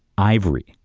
ivory,